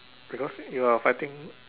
because you are fighting